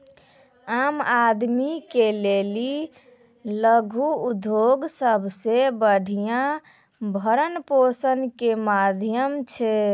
आम आदमी के लेली लघु उद्योग सबसे बढ़िया भरण पोषण के माध्यम छै